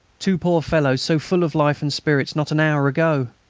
two poor fellows so full of life and spirits not an hour ago!